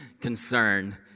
concern